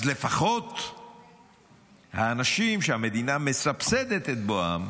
אז לפחות האנשים שהמדינה מסבסדת את בואם,